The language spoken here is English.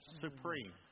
supreme